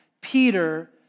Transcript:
Peter